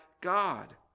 God